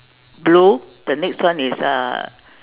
blue the next one is uh